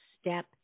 step